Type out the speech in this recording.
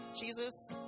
Jesus